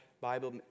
Bible